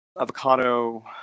avocado